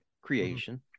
creation